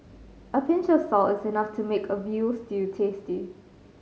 a pinch of salt is enough to make a veal stew tasty